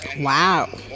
Wow